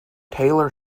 taylor